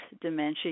dementia